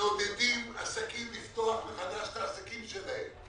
מעודדים עסקים לפתוח מחדש את העסקים שלהם.